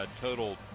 total